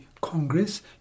Congress